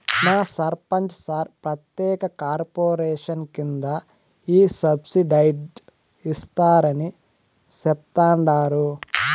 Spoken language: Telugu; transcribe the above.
మా సర్పంచ్ సార్ ప్రత్యేక కార్పొరేషన్ కింద ఈ సబ్సిడైజ్డ్ ఇస్తారని చెప్తండారు